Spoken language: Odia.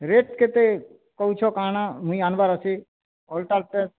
ରେଟ୍ କେତେ କହୁଛ କାଣା ମୁଇଁ ଆନ୍ମାର୍ ଅଛି